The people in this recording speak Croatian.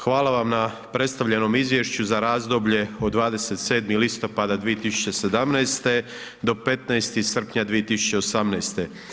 Hvala vam na predstavljenom Izvješću za razdoblje od 27. listopada 2017. do 15. srpnja 2018.